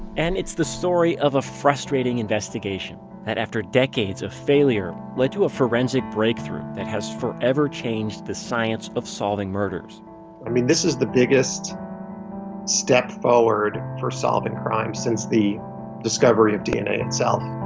and it's the story of a frustrating investigation that after decades of failure led to a forensic breakthrough that has forever changed the science of solving murders i mean this is the biggest step forward for solving crimes since the discovery of dna itself.